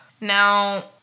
Now